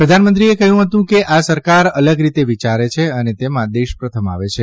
પ્રધાનમંત્રીએ કહ્યું હતું કે આ સરકાર અલગ રીતે વિચારે છે અને તેમાં દેશ પ્રથમ આવે છે